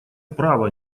право